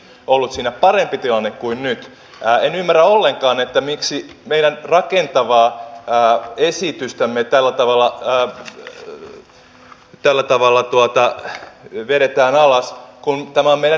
olsina parempi tilanne kuin nyt mutta jos katsoo tätä työvoimapolitiikan kokonaisuutta niin iso riski on siinä että me menetämme suuren joukon osaavaa työvoimaa rakennetyöttömyydelle ja pitkittyvälle työttömyydelle